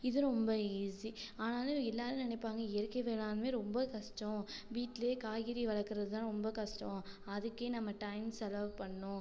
இதுவும் ரொம்ப ஈசி ஆனாலும் எல்லோரும் நினைப்பாங்க இயற்கை வேளாண்மை ரொம்ப கஷ்டம் வீட்டிலேயே காய்கறி வளர்க்கறது தான் ரொம்ப கஷ்டம் அதுக்கே நம்ம டைம் செலவு பண்ணணும்